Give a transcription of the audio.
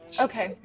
Okay